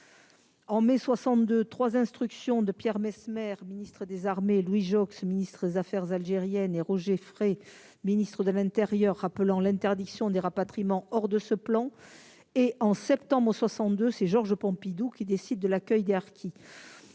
En mai 1962, trois instructions de Pierre Messmer, ministre des armées, Louis Joxe, ministre des affaires algériennes, et Roger Frey, ministre de l'intérieur, ont rappelé l'interdiction des rapatriements hors de ce plan ; et, en septembre 1962, Georges Pompidou a décidé de l'accueil des harkis.